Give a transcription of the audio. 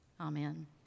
Amen